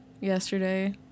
yesterday